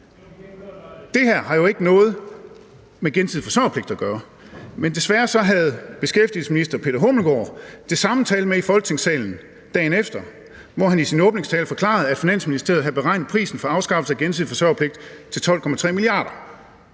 Det her har jo ikke noget med gensidig forsørgerpligt at gøre. Men desværre havde beskæftigelsesministeren det samme tal med i Folketingssalen dagen efter, hvor han i sin åbningstale forklarede, at Finansministeriet havde beregnet prisen for afskaffelse af gensidig forsøgerpligt til 12,3 mia. kr.